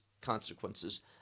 consequences